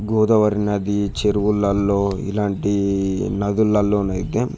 గోదావరి నది చెరువులలో ఇలాంటి నదులలో అయితే